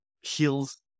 heals